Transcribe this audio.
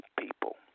people